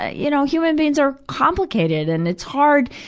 ah you know, human beings are complicated, and it's hard,